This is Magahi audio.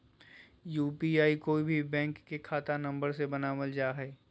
यू.पी.आई कोय भी बैंक के खाता नंबर से बनावल जा हइ